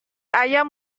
ayam